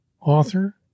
author